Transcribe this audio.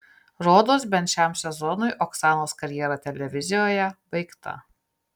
rodos bent šiam sezonui oksanos karjera televizijoje baigta